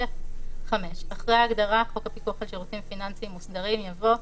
גמל,"; אחרי ההגדרה "חוק הפיקוח על שירותים פיננסיים מוסדרים" יבוא: